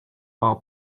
are